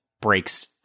breaks –